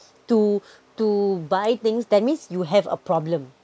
to to buy things that means you have a problem